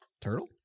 Turtle